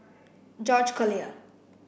George Collyer